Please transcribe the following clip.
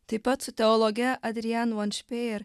taip pat su teologe adrian von špejer